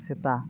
ᱥᱮᱛᱟ